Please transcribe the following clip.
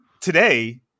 today